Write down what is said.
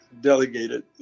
delegated